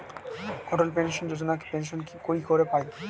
অটল pension Yojana pension কি করে পায়?